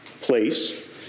place